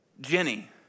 Jenny